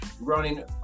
running